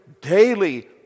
daily